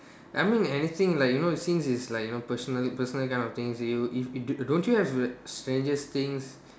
I mean anything like you know since its like you know personal personal kind of things you if you d~ don't you have strangest things